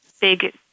big